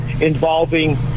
involving